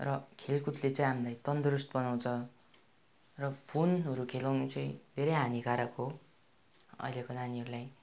र खेलकुदले चाहिँ हामीलाई तन्दुरुस्त बनाउँछ र फोनहरू खेलाउनु चाहिँ धेरै हानिकारक हो अहिलेको नानीहरूलाई